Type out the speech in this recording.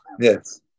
Yes